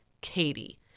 Katie